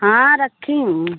हाँ रखी हूँ